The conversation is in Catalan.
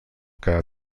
què